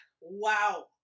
Wow